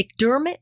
McDermott